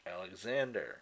Alexander